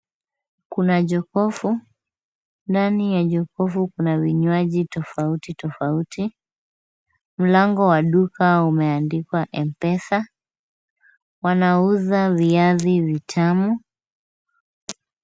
Kuna jokofu, ndani ya jokofu kuna vinywaji tofauti tofauti. Mlango wa duka umeandikwa M-PESA, wanauza viazi vitamu.